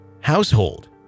household